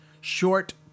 short